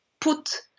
put